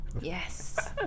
Yes